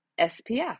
SPF